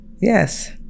Yes